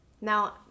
Now